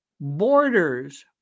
borders